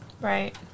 Right